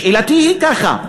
שאלתי היא ככה: